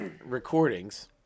recordings